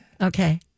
Okay